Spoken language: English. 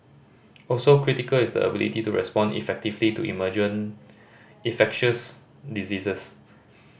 also critical is the ability to respond effectively to emerging infectious diseases